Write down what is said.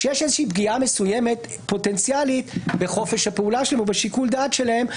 כשיש פגיעה מסוימת פוטנציאלית בחופש הפעולה שלהם או בשיקול דעת שלהם,